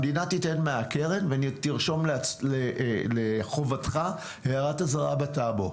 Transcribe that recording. המדינה תיתן מהקרן ותרשום לחובתך הערת אזהרה בטאבו.